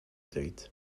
tgħid